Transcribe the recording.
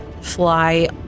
fly